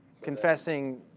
Confessing